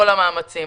המאמצים.